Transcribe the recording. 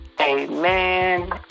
Amen